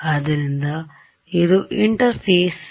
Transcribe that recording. ಆದ್ದರಿಂದ ಒಂದು ಇಂಟರ್ಫೇಸ್interface